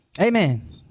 Amen